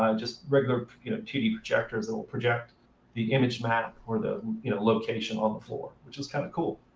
um just regular you know two d projectors that will project the image map or the you know location on the floor, which was kind of cool.